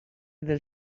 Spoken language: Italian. del